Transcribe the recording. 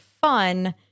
fun